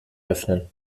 öffnen